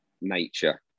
nature